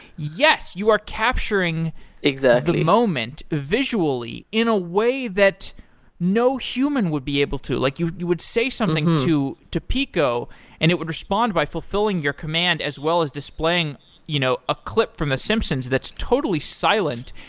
yes! you are capturing the moment visually in a way that no human would be able to. like you you would say something to to peeqo and it would respond by fulfilling your command as well as displaying you know a clip from the simpsons that totally silent,